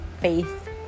faith